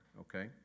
okay